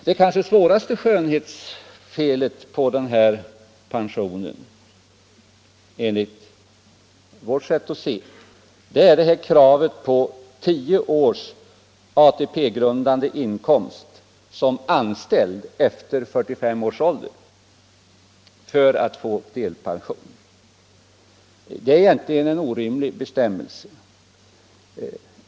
Det kanske svåraste skönhetsfelet, enligt vårt sätt att se, är kravet på tio års ATP-grundande inkomst som anställd efter 45 års ålder för att få delpension. Det är egentligen en orimlig bestämmelse.